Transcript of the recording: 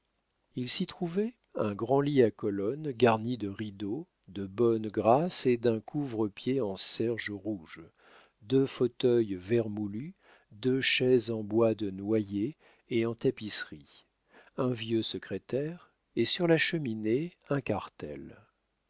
il s'y trouvait un grand lit à colonnes garni de rideaux de bonnes grâces et d'un couvre-pieds en serge rouge deux fauteuils vermoulus deux chaises en bois de noyer et en tapisserie un vieux secrétaire et sur la cheminée un cartel